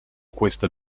questa